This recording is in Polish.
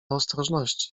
ostrożności